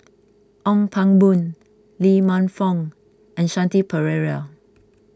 Ong Pang Boon Lee Man Fong and Shanti Pereira